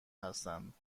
هستند